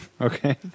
Okay